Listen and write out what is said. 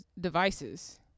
devices